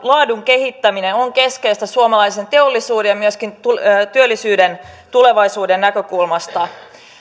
laadun kehittäminen on keskeistä suomalaisen teollisuuden ja myöskin työllisyyden tulevaisuuden näkökulmasta